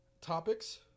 topics